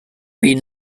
been